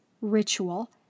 Ritual